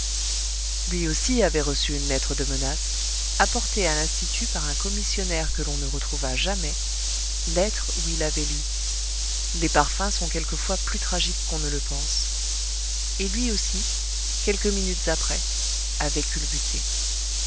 lui aussi avait reçu une lettre de menaces apportée à l'institut par un commissionnaire que l'on ne retrouva jamais lettre où il avait lu les parfums sont quelquefois plus tragiques qu'on ne le pense et lui aussi quelques minutes après avait